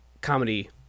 comedy